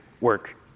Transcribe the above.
work